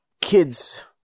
kids